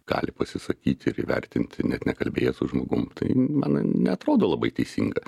gali pasisakyti ir įvertinti net nekalbėję su žmogum tai man neatrodo labai teisinga